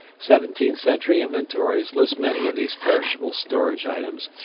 seventeenth-century inventories list many of these perishable storage items,